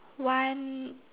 one